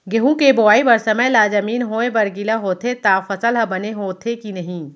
गेहूँ के बोआई बर समय ला जमीन होये बर गिला होथे त फसल ह बने होथे की नही?